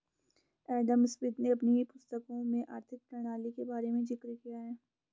Adam Smith ने अपनी पुस्तकों में आर्थिक प्रणाली के बारे में जिक्र किया है